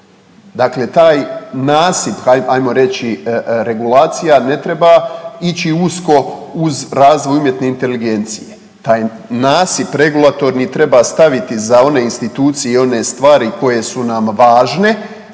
dakle taj nasip ajmo reći regulacija ne treba ići usko uz razvoj umjetne inteligencije, taj nasip regulatorni treba staviti za one institucije i one stvari koje su nam važne,